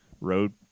road